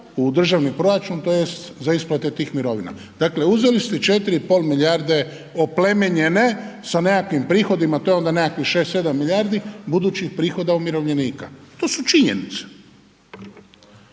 u državni proračun tj. za isplate tih mirovina. Dakle, uzeli ste 4 i pol milijarde oplemenjene sa nekakvim prihodima to je onda nekakvih 6, 7 milijardi budućih prihoda umirovljenika. To su činjenice.